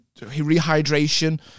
rehydration